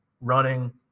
running